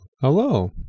Hello